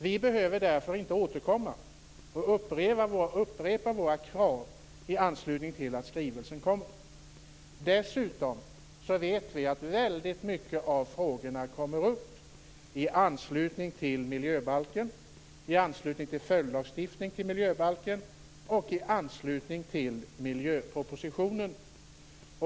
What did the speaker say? Vi behöver därför inte återkomma och upprepa våra krav i anslutning till att skrivelsen kommer. Dessutom vet vi att väldigt många av frågorna kommer upp i anslutning till miljöbalken, i anslutning till följdlagstiftning till miljöbalken och i anslutning till miljöpropositionen.